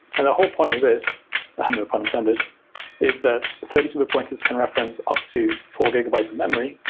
and the whole point of this no pun intended is that thirty two bit pointers can reference up to four gigabytes of memory,